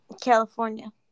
california